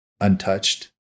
untouched